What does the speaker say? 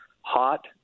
hot